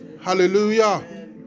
Hallelujah